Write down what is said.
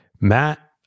Matt